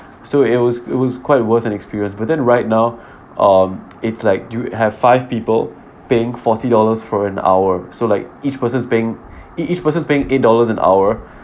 so it was it was quite worth an experience but then right now um it's like you have five people paying forty dollars for an hour so like each person's paying ea~ each person's paying eight dollars an hour